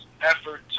effort